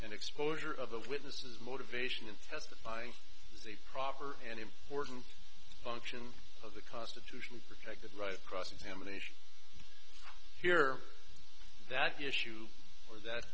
and exposure of the witnesses motivation in testifying is a proper and important function of the constitution protected right cross examination here that issue or that